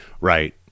Right